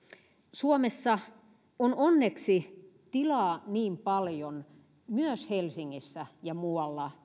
suomessa on onneksi tilaa niin paljon myös helsingissä ja muualla